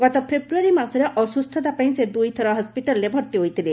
ଗତ ଫେବୃୟାରୀ ମାସରେ ଅସୁସ୍ଥତା ପାଇଁ ସେ ଦୁଇଥର ହସ୍କିଟାଲରେ ଭର୍ତ୍ତି ହୋଇଥିଲେ